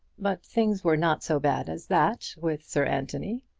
but things were not so bad as that with sir anthony.